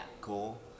Cool